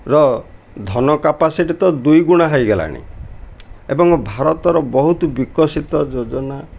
ର ଧନ କାପାସିଟି ତ ଦୁଇ ଗୁଣା ହେଇଗଲାଣି ଏବଂ ଭାରତର ବହୁତ ବିକଶିତ ଯୋଜନା